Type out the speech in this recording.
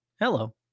Hello